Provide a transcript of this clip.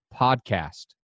podcast